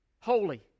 holy